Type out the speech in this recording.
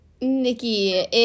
Nikki